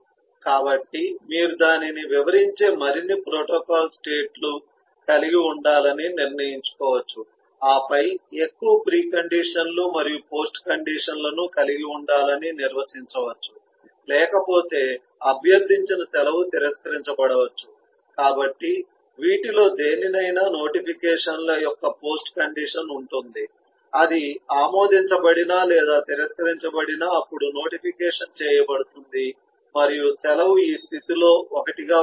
కాబట్టి మీరు దానిని వివరించే మరిన్ని ప్రోటోకాల్ స్టేట్స్ కలిగి ఉండాలని నిర్ణయించుకోవచ్చు ఆపై ఎక్కువ ప్రీ కండిషన్ లు మరియు పోస్ట్ కండిషన్ లను కలిగి ఉండాలని నిర్వచించవచ్చు లేకపోతే అభ్యర్థించిన సెలవు తిరస్కరించబడవచ్చు కాబట్టి వీటిలో దేనినైనా నోటిఫికేషన్ల యొక్క పోస్ట్ కండిషన్ ఉంటుంది అది ఆమోదించబడినా లేదా తిరస్కరించబడినా అప్పుడు నోటిఫికేషన్ చేయబడుతుంది మరియు సెలవు ఈ స్థితిల్లో ఒకటిగా ఉంటుంది